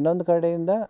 ಇನ್ನೊಂದು ಕಡೆಯಿಂದ